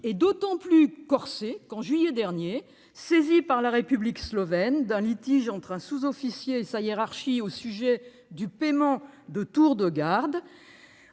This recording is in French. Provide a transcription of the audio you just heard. est d'autant plus corsée qu'en juillet dernier, saisie par la République slovène d'un litige entre un sous-officier et sa hiérarchie au sujet du paiement de tours de garde